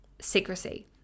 secrecy